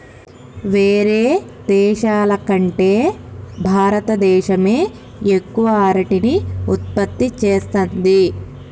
వేరే దేశాల కంటే భారత దేశమే ఎక్కువ అరటిని ఉత్పత్తి చేస్తంది